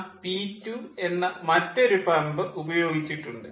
നാം പി 2 എന്ന മറ്റൊരു പമ്പ് ഉപയോഗിച്ചിട്ടുണ്ട്